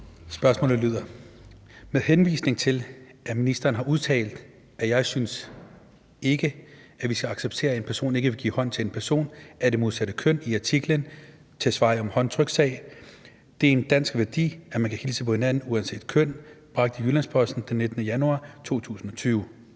Siddique (FG): Med henvisning til, at ministeren har udtalt, at »Jeg synes ikke, vi skal acceptere, at en person ikke vil give hånd til en person af det modsatte køn« i artiklen »Tesfaye om håndtryk-sag: »Det er en dansk værdi, at man kan hilse på hinanden uanset køn«« bragt i Jyllands-Posten den 19. januar 2022,